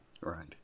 Right